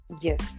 yes